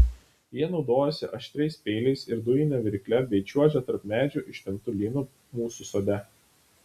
jie naudojasi aštriais peiliais ir dujine virykle bei čiuožia tarp medžių ištemptu lynu mūsų sode